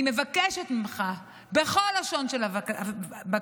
אני מבקשת ממך בכל לשון של בקשה,